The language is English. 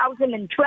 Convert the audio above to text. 2012